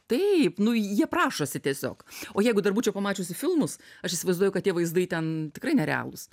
taip nu jie prašosi tiesiog o jeigu dar būčiau pamačiusi filmus aš įsivaizduoju kad tie vaizdai ten tikrai nerealūs